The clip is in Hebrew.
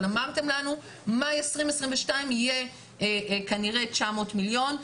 אבל אמרתם לנו שמאי 2022 יהיה כנראה 900 מיליון,